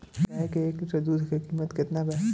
गाय के एक लिटर दूध के कीमत केतना बा?